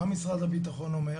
מה משרד הבטחון אומר?